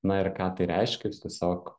na ir ką tai reiškia jūs tiesiog